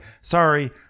sorry